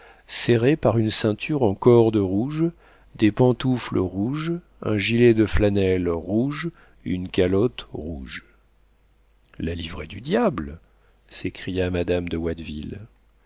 serrée par une ceinture en corde rouge des pantoufles rouges un gilet de flanelle rouge une calotte rouge la livrée du diable s'écria madame de